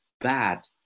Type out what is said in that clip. bad